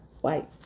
white